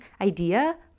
idea